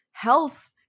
Health